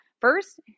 First